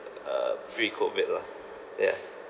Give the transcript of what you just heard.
uh pre COVID lah yeah